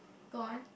gone